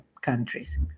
countries